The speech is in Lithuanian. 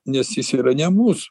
nes jis yra ne mūsų